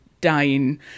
dying